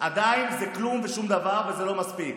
עדיין זה כלום ושום דבר וזה לא מספיק.